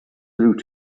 through